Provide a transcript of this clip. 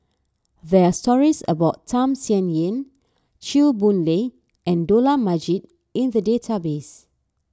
there are stories about Tham Sien Yen Chew Boon Lay and Dollah Majid in the database